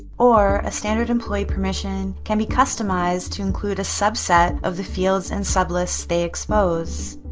or a standard employee permission can be customized to include a subset of the fields and sublists they expose.